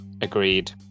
agreed